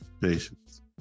patience